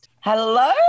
hello